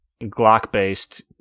Glock-based